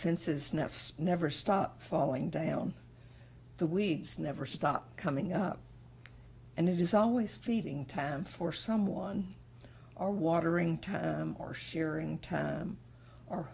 nets never stop falling down the weeds never stop coming up and it is always feeding time for someone or watering time or sharing time or